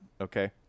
okay